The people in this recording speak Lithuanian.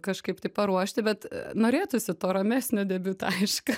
kažkaip tai paruošti bet norėtųsi to ramesnio debiuto aišku